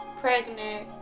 pregnant